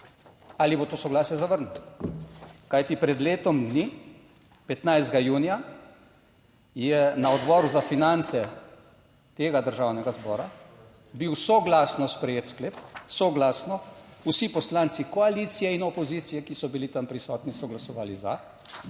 ali bo to soglasje zavrnil, kajti pred letom dni, 15. junija, je na Odboru za finance tega Državnega zbora bil soglasno sprejet sklep, soglasno, vsi poslanci koalicije in opozicije, ki so bili tam prisotni, so glasovali za